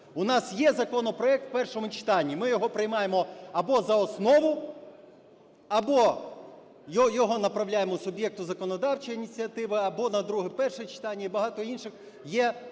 У нас є законопроект в першому читанні, ми його приймаємо або за основу, або його направляємо суб'єкту законодавчої ініціативи, або на друге перше читання і багато інших, є